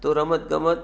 તો રમતગમત